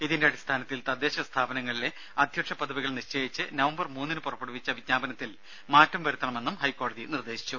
ഇതിന്റെ അടിസ്ഥാനത്തിൽ തദ്ദേശ സ്ഥാപനങ്ങളിലെ അദ്ധ്യക്ഷ പദവികൾ നിശ്ചയിച്ച് നവംബർ മൂന്നിന് പുറപ്പെടുവിച്ച വിജ്ഞാപനത്തിൽ മാറ്റം വരുത്തണമെന്നും ഹൈക്കോടതി നിർദ്ദേശിച്ചു